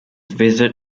visit